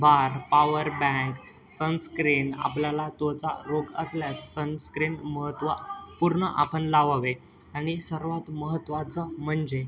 बार power bank sunscreen आपल्याला त्वचारोग असल्यास सनस्क्रिन महत्त्व पूर्ण आपण लावावे आणि सर्वांत महत्त्वाचं म्हणजे